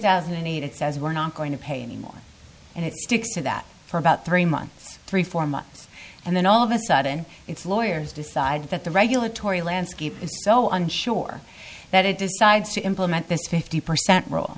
thousand and eight it says we're not going to pay anymore and it sticks to that for about three months three four months and then all of a sudden it's lawyers decide that the regulatory landscape is so unsure that it decides to implement this fifty percent rule